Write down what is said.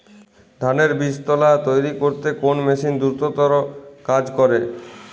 ধানের বীজতলা তৈরি করতে কোন মেশিন দ্রুততর কাজ করে?